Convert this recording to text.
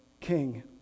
King